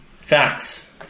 Facts